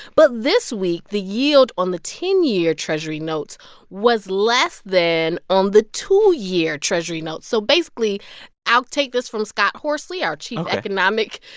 but this week, the yield on the ten year treasury notes was less than on the two-year treasury notes. so basically i'll take this from scott horsley, our chief. ok. economic.